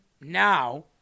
now